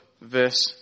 verse